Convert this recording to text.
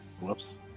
Whoops